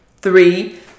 Three